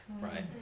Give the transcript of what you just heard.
Right